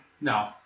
No